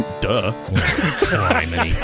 Duh